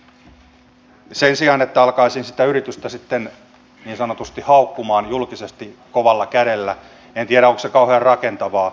en tiedä onko se että alkaisin sitä yritystä sitten niin sanotusti haukkumaan julkisesti kovalla kädellä kauhean rakentavaa